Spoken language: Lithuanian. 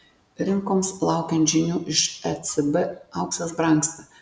rinkoms laukiant žinių iš ecb auksas brangsta